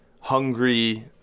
hungry